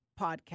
podcast